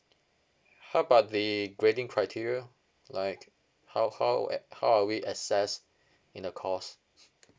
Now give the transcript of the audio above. how about the grading criteria like how how a~ how are we assess in the course